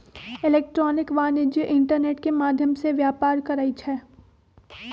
electronic वाणिज्य internet के माध्यम से व्यापार करइ छै